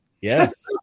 Yes